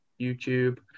YouTube